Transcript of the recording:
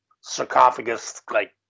sarcophagus-like